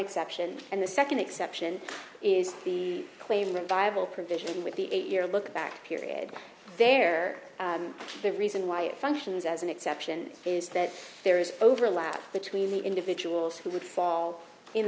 exception and the second exception is the claimant viable provision with the eight year look back here it is there the reason why it functions as an exception is that there is overlap between the individuals who would fall in